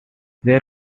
there